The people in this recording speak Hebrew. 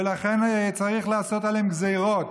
ולכן צריך לעשות עליהם גזרות.